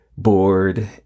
bored